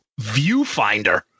viewfinder